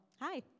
Hi